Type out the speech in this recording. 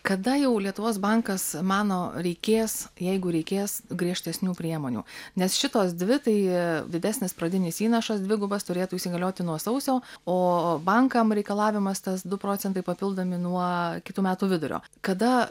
kada jau lietuvos bankas mano reikės jeigu reikės griežtesnių priemonių nes šitos dvi tai didesnis pradinis įnašas dvigubas turėtų įsigalioti nuo sausio o bankam reikalavimas tas du procentai papildomi nuo kitų metų vidurio kada